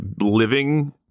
living